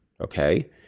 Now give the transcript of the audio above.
okay